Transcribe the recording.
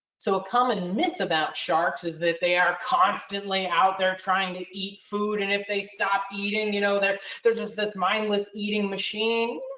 so a common myth about sharks is that they are constantly out there trying to eat food and if they stop eating, you know, they're they're just this mindless eating machine.